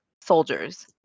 soldiers